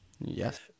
Yes